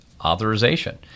authorization